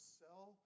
sell